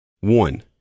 One